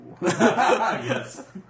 Yes